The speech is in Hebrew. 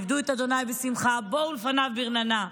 עבדו את ה' בשמחה באו לפניו ברננה.